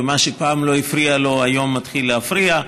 ומה שפעם לא הפריע בו היום מתחיל להפריע.